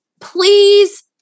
please